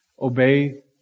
Obey